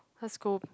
let's go